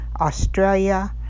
Australia